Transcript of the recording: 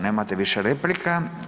Nemate više replika.